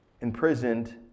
imprisoned